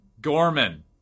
Gorman